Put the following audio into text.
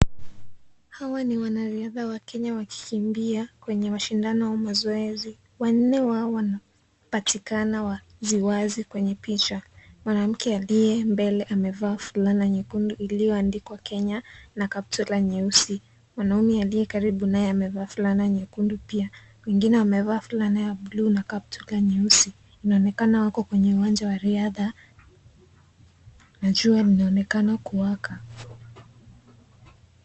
Hawa ni wanariadha wa Kenya wakikimbia kwenye mashindano au mazoezi. Wanne wao wanapatikana wasi wasi kwenye picha. Mwanamke aliye mbele amevaa fulana nyekundu iliyoandikwa "Kenya" na kaptula nyeusi. Mwanaume aliye karibu naye amevaa fulana nyekundu pia. Mwingine amevaa fulana ya bluu na kaptula nyeusi. Inaonekana wako kwenye uwanja wa riadha na jua linaonekana kuwaka.